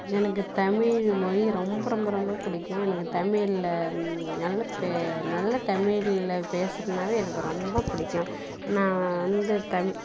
எனக்கு தமிழ்மொழி ரொம்ப ரொம்ப ரொம்ப பிடிக்கும் எனக்கு தமிழில் நல்ல பெ நல்ல தமிழில் பேசுவதுனாவே எனக்கு ரொம்ப பிடிக்கும் நான் வந்து தமிழ்